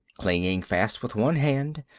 clinging fast with one hand,